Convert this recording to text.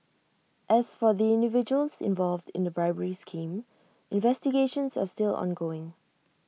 as for the individuals involved in the bribery scheme investigations are still ongoing